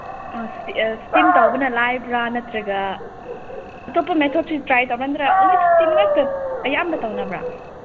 ꯑ ꯏꯁꯇꯤꯝ ꯇꯧꯕꯅ ꯂꯥꯏꯕ꯭ꯔꯥ ꯅꯠꯇ꯭ꯔꯒ ꯑꯇꯣꯞꯄ ꯃꯦꯊꯣꯠꯁꯤ ꯇ꯭ꯔꯥꯏ ꯇꯧꯒꯟꯗ꯭ꯔꯥ ꯑꯣꯟꯂꯤ ꯏꯇꯤꯝ ꯉꯥꯛꯇ ꯑꯌꯥꯝꯕ ꯇꯧꯅꯕ꯭ꯔꯥ